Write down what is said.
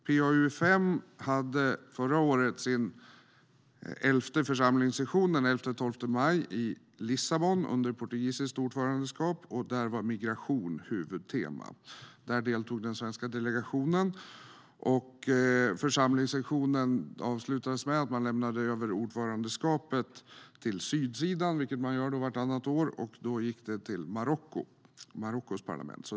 PA-UfM hade förra året sin elfte församlingssession den 11-12 maj i Lissabon under portugisiskt ordförandeskap, och där var migration huvudtemat. Där deltog den svenska delegationen. Församlingssessionen avslutades med att man lämnade över ordförandeskapet till sydsidan, vilket man gör vartannat år, och det gick till Marockos parlament.